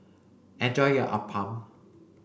enjoy your Appam